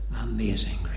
amazing